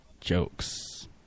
jokes